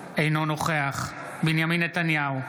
אינו נוכח בנימין נתניהו,